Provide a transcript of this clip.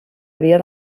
havia